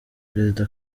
perezida